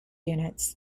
units